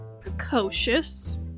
precocious